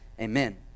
Amen